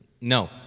No